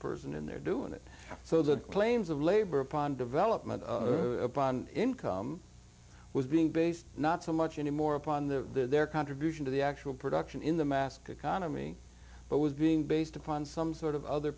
person and they're doing it so that claims of labor upon development upon income was being based not so much anymore upon the their contribution to the actual production in the mask economy but was being based upon some sort of other